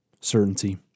certainty